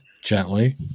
gently